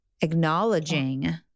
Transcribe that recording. acknowledging